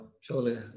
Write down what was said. surely